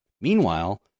Meanwhile